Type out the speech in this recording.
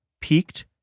peaked